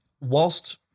whilst